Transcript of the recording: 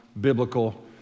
biblical